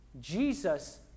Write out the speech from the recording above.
Jesus